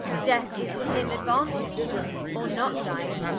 death is to him aduantage or not dying,